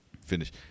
finish